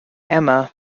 amma